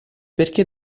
perché